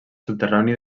subterrani